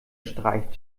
streicht